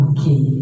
Okay